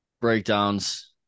Breakdowns